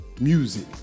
Music